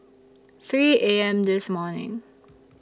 three A M This morning